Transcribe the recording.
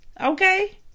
Okay